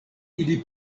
ili